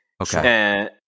Okay